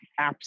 apps